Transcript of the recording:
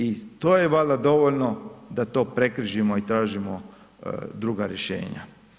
I to je valjda dovoljno da to prekrižimo i tražimo druga rješenja.